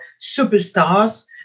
superstars